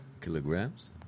Kilograms